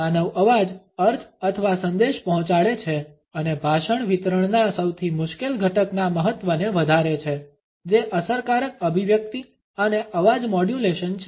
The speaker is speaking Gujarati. માનવ અવાજ અર્થ અથવા સંદેશ પહોંચાડે છે અને ભાષણ વિતરણના સૌથી મુશ્કેલ ઘટકના મહત્વને વધારે છે જે અસરકારક અભિવ્યક્તિ અને અવાજ મોડ્યુલેશન છે